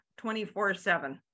24-7